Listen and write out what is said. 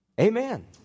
Amen